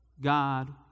God